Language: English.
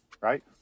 Right